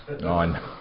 Nine